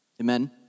Amen